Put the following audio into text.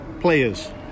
Players